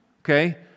Okay